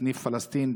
סניף פלסטין,